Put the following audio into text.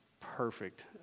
perfect